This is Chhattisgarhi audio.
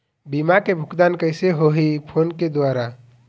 बीमा के भुगतान कइसे होही फ़ोन के द्वारा?